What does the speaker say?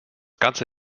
ganze